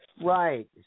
Right